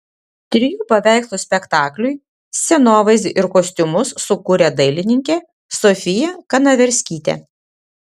trijų paveikslų spektakliui scenovaizdį ir kostiumus sukūrė dailininkė sofija kanaverskytė